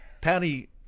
Patty